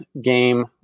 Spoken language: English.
game